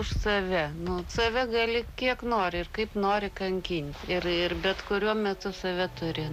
už save nu vat save gali kiek nori ir kaip nori kankinti ir ir bet kuriuo metu save turi